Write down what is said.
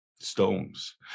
stones